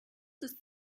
ist